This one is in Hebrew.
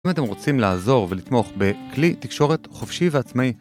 אם אתם רוצים לעזור ולתמוך בכלי תקשורת חופשי ועצמאי